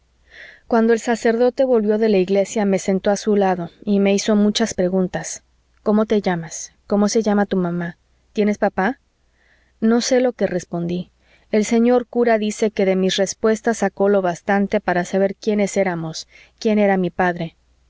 cuando el sacerdote volvió de la iglesia me sentó a su lado y me hizo muchas preguntas cómo te llamas cómo se llama tu mamá tienes papá no sé lo que respondí el señor cura dice que de mis respuestas sacó lo bastante para saber quiénes éramos quién era mi padre